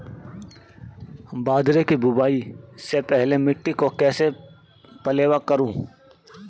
बाजरे की बुआई से पहले मिट्टी को कैसे पलेवा करूं?